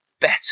better